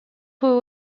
who